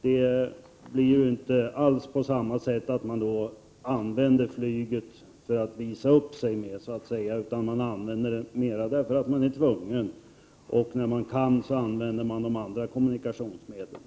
Man använder inte alls flyget för att visa upp sig på samma sätt, utan man använder det mera därför att man är tvungen, och när man kan använder man andra kommunikationsmedel.